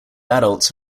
adults